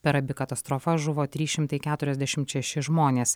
per abi katastrofas žuvo trys šimtai keturiasdešimt šeši žmonės